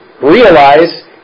Realize